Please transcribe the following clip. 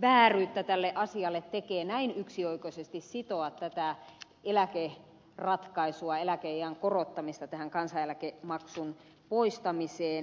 vääryyttä tälle asialle tekee näin yksioikoisesti sitoa tätä eläkeratkaisua eläkeiän korottamista tähän kansaneläkemaksun poistamiseen